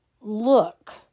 look